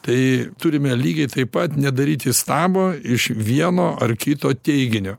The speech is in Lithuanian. tai turime lygiai taip pat nedaryti stabo iš vieno ar kito teiginio